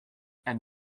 and